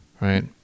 Right